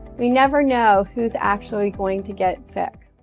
we never know who's actually going to get sick.